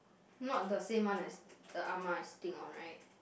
not the same one as the ah ma is sitting on right